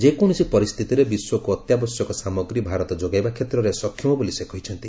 ଯେକୌଣସି ପରିସ୍ଥିତିରେ ବିଶ୍ୱକୁ ଅତ୍ୟାବଶ୍ୟକ ସାମଗ୍ରୀ ଭାରତ ଯୋଗାଇବା କ୍ଷେତ୍ରରେ ସକ୍ଷମ ବୋଲି ସେ କହିଛନ୍ତି